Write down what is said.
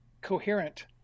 coherent